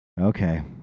Okay